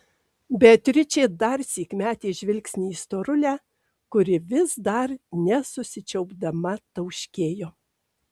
beatričė darsyk metė žvilgsnį į storulę kuri vis dar nesusičiaupdama tauškėjo